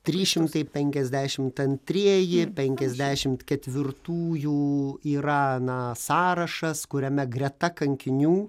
trys šimtai penkiasdešimt antrieji penkiasdešimt ketvirtųjų yra na sąrašas kuriame greta kankinių